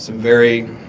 very